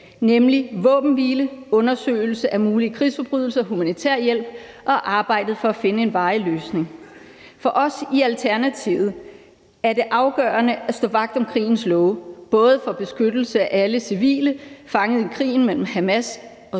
nemlig våbenhvile, undersøgelse af mulige krigsforbrydelser, humanitær hjælp og arbejdet for at finde en varig løsning. For os i Alternativet er det afgørende at stå vagt om krigens love, både for beskyttelse af alle civile fanget i krigen mellem Hamas og